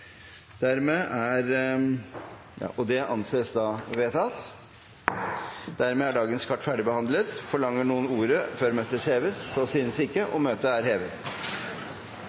Dermed er dagens kart ferdigbehandlet. Forlanger noen odet før møtet heves? – Så synes ikke, og møtet er hevet.